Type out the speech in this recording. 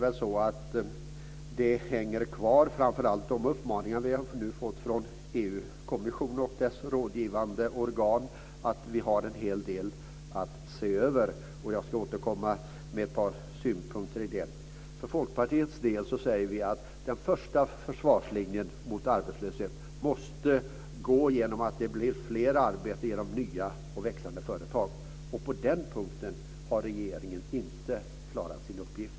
Vi har fått maningar från EU kommissionens rådgivande organ att vi har en hel del att se över. Jag ska återkomma med ett par synpunkter i det sammanhanget. Vi säger från Folkpartiets sida att den första försvarslinjen mot arbetslösheten måste bestå av skapande av flera arbeten i nya och växande företag. På den punkten har regeringen inte klarat sin uppgift.